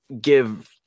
give